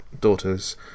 daughter's